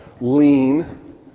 lean